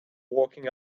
walking